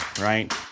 right